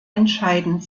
entscheidend